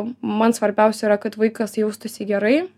man svarbiausia yra kad vaikas jaustųsi gerai